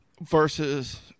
versus